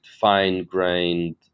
fine-grained